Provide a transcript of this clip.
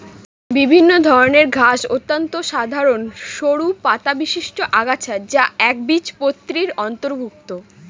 বিভিন্ন ধরনের ঘাস অত্যন্ত সাধারন সরু পাতাবিশিষ্ট আগাছা যা একবীজপত্রীর অন্তর্ভুক্ত